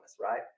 Right